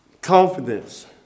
confidence